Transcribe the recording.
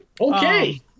okay